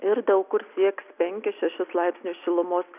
ir daug kur sieks penkis laipsnius šilumos